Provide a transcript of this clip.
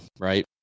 right